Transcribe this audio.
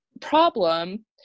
problem